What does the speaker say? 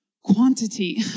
quantity